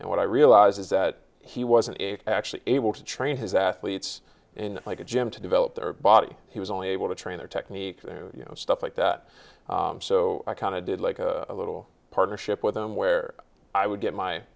and what i realize is that he wasn't actually able to train his athletes in like a gym to develop their body he was only able to train their technique you know stuff like that so i kind of did like a little partnership with them where i would get my